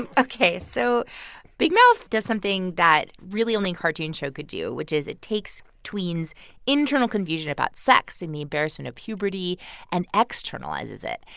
and ok. so big mouth does something that, really, only a cartoon show could do, which is it takes tweens' internal confusion about sex and the embarrassment of puberty and externalizes it.